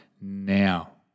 Now